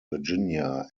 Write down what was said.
virginia